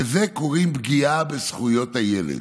לזה קוראים פגיעה בזכויות הילד,